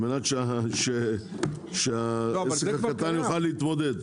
על מנת שעסק קטן יוכל להתמודד.